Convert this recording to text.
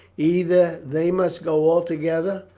either they must go altogether,